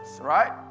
right